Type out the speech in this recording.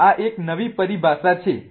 તો આ એક નવી પરિભાષા છે